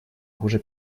хуже